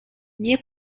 nie